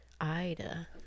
Ida